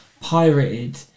Pirated